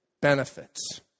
benefits